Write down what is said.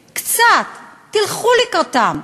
קצת, תלכו לקראתם.